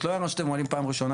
זאת לא הערה שאתם מעלים פעם ראשונה.